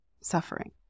suffering